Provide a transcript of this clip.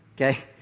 Okay